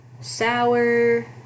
sour